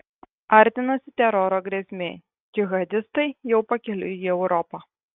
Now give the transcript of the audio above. artinasi teroro grėsmė džihadistai jau pakeliui į europą